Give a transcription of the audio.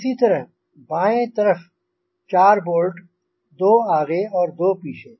इसी तरह बाएँ तरफ़ 4 बोल्ट दो आगे और दो पीछे